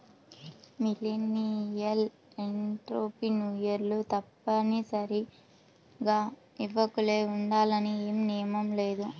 millennial ఎంటర్ప్రెన్యూర్లు తప్పనిసరిగా యువకులే ఉండాలని ఏమీ నియమం లేదు